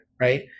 right